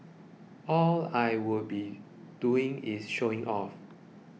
all I would be doing is showing off